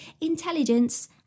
intelligence